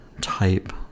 type